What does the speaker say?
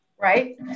Right